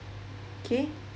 okay